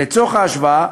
לצורך ההשוואה,